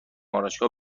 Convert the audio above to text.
آرایشگاه